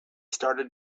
started